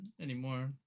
anymore